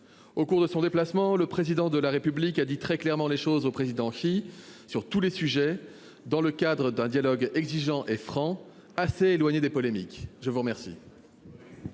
Au cours de son déplacement, le Président de la République a dit très clairement les choses au président Xi Jinping sur tous les sujets, dans le cadre d'un dialogue exigeant et franc, assez éloigné des polémiques. Eh bien,